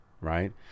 Right